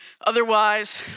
Otherwise